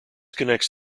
connects